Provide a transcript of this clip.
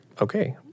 okay